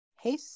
hey